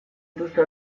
dituzte